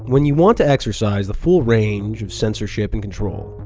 when you want to exercise the full range of censorship and control,